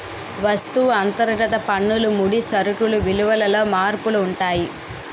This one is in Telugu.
వస్తువు అంతర్గత పన్నులు ముడి సరుకులు విలువలలో మార్పులు ఉంటాయి